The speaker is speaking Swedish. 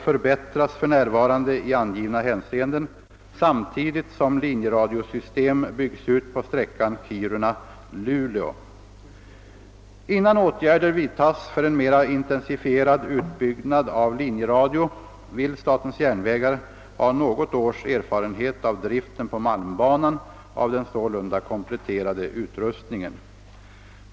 för närvarande i angivna hänseenden, samtidigt som linjeradiosystem byggs ut på sträckan Kiruna—Luleå. Innan åtgärder vidtas för en mera intensifierad utbyggnad av linjeradio, vill SJ ha något års erfarenhet av driften på malmbanan av den sålunda kompletterade utrustningen.